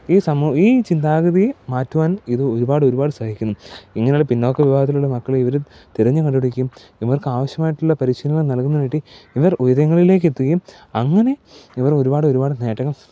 ഈ ഈ ചിന്താഗതി മാറ്റുവാൻ ഇത് ഒരുപാട് ഒരുപാട് സഹായിക്കുന്നു ഇങ്ങനൊരു പിന്നോക്ക വിഭാഗത്തിലുള്ള മക്കളെ ഇവര് തിരഞ്ഞ് കണ്ടുപിടിക്കും ഇവർക്കാവശ്യമായിട്ടുള്ള പരിശീലനങ്ങൾ നൽകുന്നതിന് വേണ്ടി ഇവർ ഉയരങ്ങളിലേക്ക് എത്തുകയും അങ്ങനെ ഇവർ ഒരുപാടൊരുപാട് നേട്ടങ്ങൾ